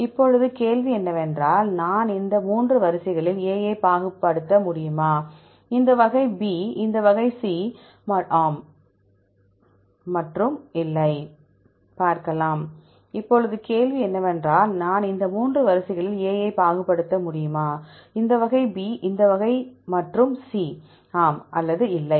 இப்போது கேள்வி என்னவென்றால் நான் இந்த 3 வரிசைகளில் A ஐ பாகுபடுத்த முடியுமா இந்த வகை B இந்த வகை மற்றும் C ஆம் அல்லது இல்லை